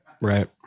Right